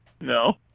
No